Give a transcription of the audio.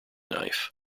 knife